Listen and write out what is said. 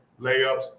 layups